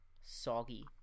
soggy